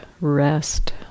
rest